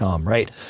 Right